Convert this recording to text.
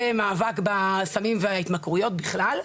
ומאבק בסמים ובהתמכרויות בכלל,